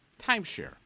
timeshare